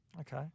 Okay